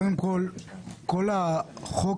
סעדה, מוישה.